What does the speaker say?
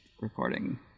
Recording